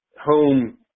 home